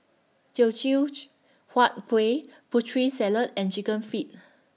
Teochew Huat Kueh Putri Salad and Chicken Feet